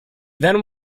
then